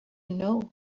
know